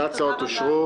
שתי ההצעות אושרו.